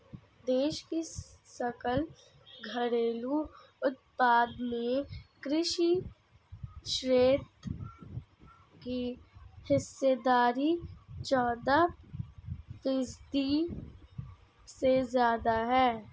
देश की सकल घरेलू उत्पाद में कृषि क्षेत्र की हिस्सेदारी चौदह फीसदी से ज्यादा है